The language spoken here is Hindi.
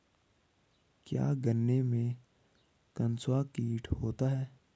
क्या गन्नों में कंसुआ कीट होता है?